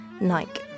Nike